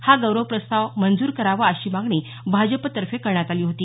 हा गौरव प्रस्ताव मंजूर करावा अशी मागणी भाजपतर्फे करण्यात आली होती